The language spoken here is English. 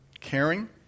caring